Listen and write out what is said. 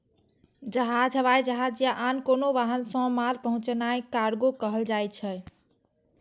जहाज, हवाई जहाज या आन कोनो वाहन सं माल पहुंचेनाय कार्गो कहल जाइ छै